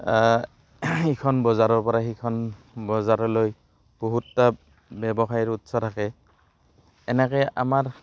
ইখন বজাৰৰ পৰা সিখন বজাৰলৈ বহুতটা ব্যৱসায়ৰ উৎস থাকে এনেকৈ আমাৰ